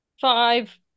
five